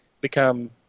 become